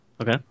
okay